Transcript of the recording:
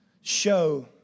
show